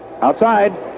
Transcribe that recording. Outside